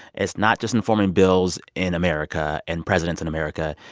it's not just informing bills in america and presidents in america.